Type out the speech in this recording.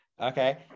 okay